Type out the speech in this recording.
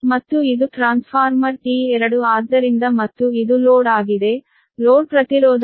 ಮತ್ತು ಇದು transformer T2 ಆದ್ದರಿಂದ ಮತ್ತು ಇದು ಲೋಡ್ ಆಗಿದೆ ಲೋಡ್ ಪ್ರತಿರೋಧವನ್ನು 0